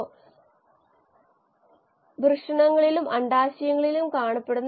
കോശങ്ങൾ ഉൽപാദിപ്പിക്കുന്ന insulin monoclonal ആന്റിബോഡികൾ എത്തനോൾ ബയോ ഓയിൽ തുടങ്ങിയവ നമ്മൾ കണ്ടുവെന്ന് ഞാൻ കരുതുന്നു